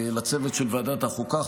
לצוות של ועדת החוקה,